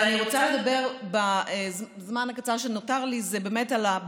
אני רוצה לדבר בזמן הקצר שנותר לי על הבעיה